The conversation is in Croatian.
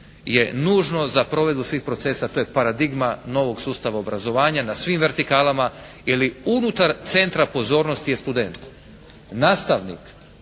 je nužno za provedbu svih procesa. To je paradigma novog sustava obrazovanja na svim vertikalama, jel' unutar centra pozornosti je student. Nastavnik,